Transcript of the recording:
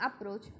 approach